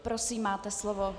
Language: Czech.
Prosím, máte slovo.